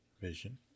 Vision